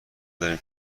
داریم